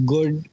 Good